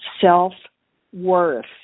self-worth